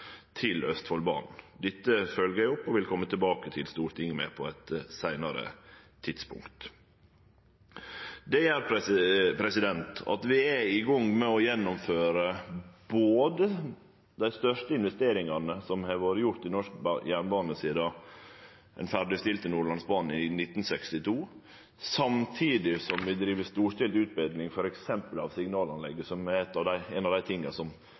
til Østfoldbanen. Dette følgjer eg opp og vil kome tilbake til Stortinget med på eit seinare tidspunkt. Det gjer at vi er i gong med å gjennomføre dei største investeringane som har vore gjorde i norsk jernbane sidan ein ferdigstilte Nordlandsbanen i 1962, samtidig som vi driv storstilt utbetring, f.eks. av signalanlegget, som er ein av dei tinga som gjev oss størst utfordringar med å halde oppetida, og vi gjennomfører kjøp av